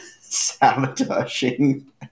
sabotaging